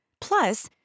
Plus